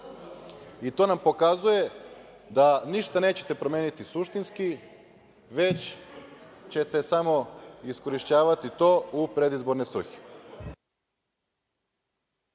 i to nam pokazuje da ništa nećete promeniti suštinski, već ćete samo iskorišćavati to u predizborne svrhe.